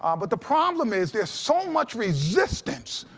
um but the problem is there's so much resistance,